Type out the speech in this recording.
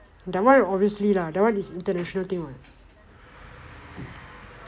that one obviously lah that one is international thing what